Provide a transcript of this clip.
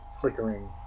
flickering